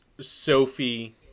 Sophie